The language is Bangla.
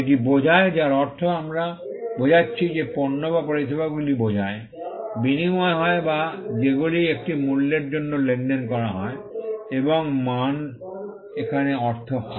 এটি বোঝায় যার অর্থ আমরা বোঝাচ্ছি যে পণ্য বা পরিষেবাগুলি বোঝায় বিনিময় হয় বা যেগুলি একটি মূল্যের জন্য লেনদেন করা হয় এবং মান এখানে অর্থ হয়